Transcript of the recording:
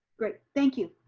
great, thank you.